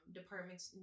departments